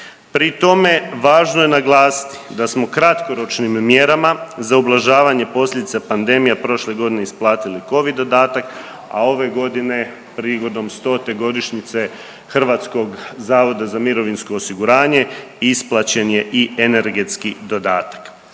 Pri tome važno je naglasiti da smo kratkoročnim mjerama za ublažavanje posljedica pandemije prošle godine isplatili covid dodatak, a ove godine prigodom 100-te godišnjice HZMO-a isplaćen je i energetski dodatak.